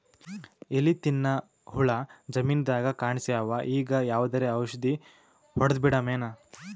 ಎಲಿ ತಿನ್ನ ಹುಳ ಜಮೀನದಾಗ ಕಾಣಸ್ಯಾವ, ಈಗ ಯಾವದರೆ ಔಷಧಿ ಹೋಡದಬಿಡಮೇನ?